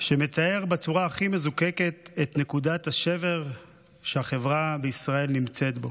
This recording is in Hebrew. שמתאר בצורה הכי מזוקקת את נקודת השבר שהחברה בישראל נמצאת בו.